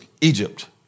Egypt